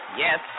yes